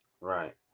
Right